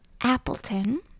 Appleton